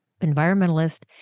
environmentalist